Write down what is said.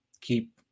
keep